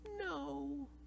No